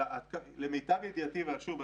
הייתה מאיתנו איזו שהיא ציפייה להכרה,